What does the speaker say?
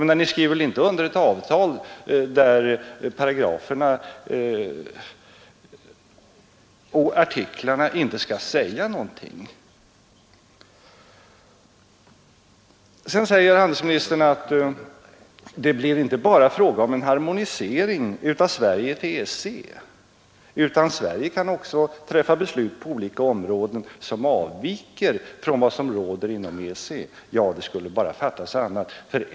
Ni skriver väl inte under ett avtal, där paragraferna och artiklarna inte skall säga någonting. Sedan sade handelsministern att det blir inte bara fråga om en harmonisering av Sverige till EEC, utan Sverige kan också fatta beslut på olika områden som avviker från vad som råder inom EEC. Ja, det skulle bara fattas annat.